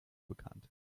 bekannt